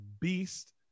beast